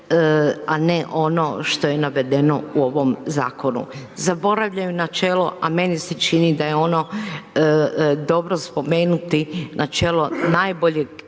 a ne ono što je navedeno u ovom zakonu. Zaboravljaju načelo, a meni se čini, da je ono dobro spomenuti, načelo najboljeg